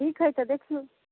ठीक है तऽ देखियौ